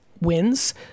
wins